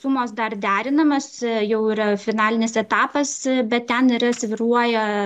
sumos dar derinamos jau yra finalinis etapas bet ten yra svyruoja